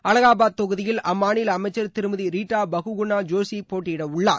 அலகாபாத் தொகுதியில் அம்மாநில அமைச்சர் திருமதி ரீட்டா பகுகுளா ஜோஷி போட்டியிடவுள்ளார்